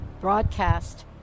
broadcast